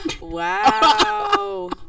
Wow